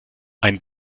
ein